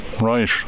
right